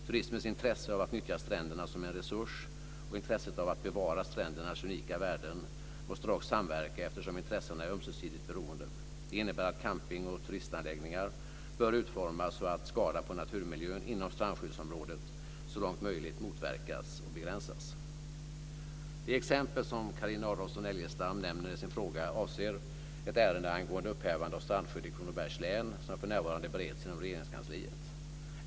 Turismens intresse av att nyttja stränderna som en resurs och intresset av att bevara strändernas unika värden måste dock samverka eftersom intressena är ömsesidigt beroende. Det innebär att camping och turistanläggningar bör utformas så att skada på naturmiljön inom strandskyddsområdet så långt möjligt motverkas och begränsas. Det exempel som Carina Adolfsson Elgestam nämner i sin fråga avser ett ärende angående upphävande av strandskydd i Kronobergs län som för närvarande bereds inom Regeringskansliet.